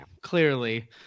clearly